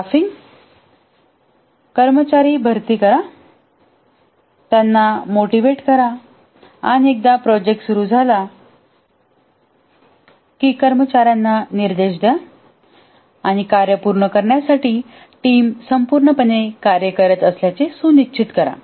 staffing कर्मचारी भरती करा त्यांना मोटिव्हेट करा आणि एकदा प्रोजेक्ट सुरू झाला की कर्मचार्यांना निर्देश द्या आणि कार्य पूर्ण करण्यासाठी टीम संपूर्णपणे कार्य करत असल्याचे सुनिश्चित करा